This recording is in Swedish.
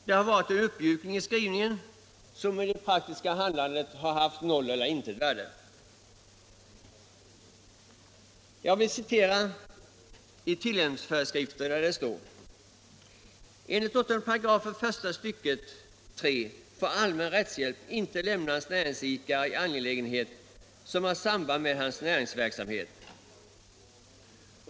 Det har varit en uppmjukning i skrivningen, som i det praktiska handlandet har haft noll eller intet värde. Ur tillämpningsföreskrifterna vill jag citera följande: ”Enligt 8 § första stycket 3 får allmän rättshjälp inte lämnas näringsidkare i angelägenhet som har samband med hans näringsverksamhet.